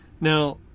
Now